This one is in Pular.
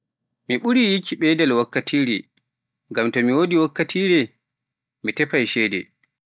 Mi ɓurii yikki ɓeydal wakkatiire, ngam to mi woodi wakkatiire mi tefay ceede.